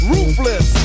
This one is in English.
Ruthless